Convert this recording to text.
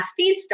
feedstock